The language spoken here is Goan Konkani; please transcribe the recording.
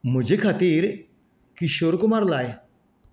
म्हजे खातीर किशोर कुमार लाय